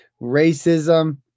racism